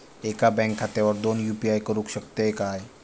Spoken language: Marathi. एका बँक खात्यावर दोन यू.पी.आय करुक शकतय काय?